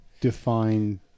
Define